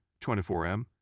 24M